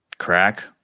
Crack